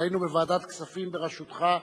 כשהיינו בוועדת הכספים בראשותך,